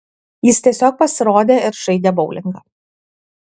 jis tiesiog pasirodė ir žaidė boulingą